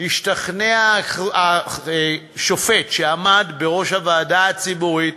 השתכנע השופט שעמד בראש הוועדה הציבורית